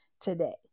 today